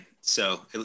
so-